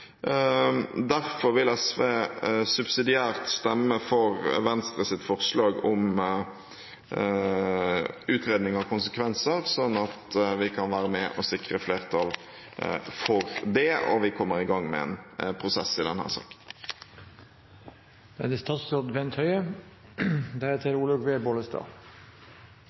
Derfor vil SV subsidiært stemme for Venstres forslag om en utredning av konsekvenser, sånn at vi kan være med og sikre flertall for det og komme i gang med en prosess i denne saken. Det er